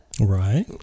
right